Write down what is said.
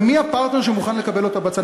ומי הפרטנר שמוכן לקבל אותה בצד,